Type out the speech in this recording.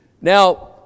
Now